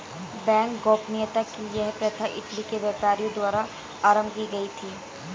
bank गोपनीयता की यह प्रथा इटली के व्यापारियों द्वारा आरम्भ की गयी थी